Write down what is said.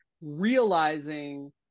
realizing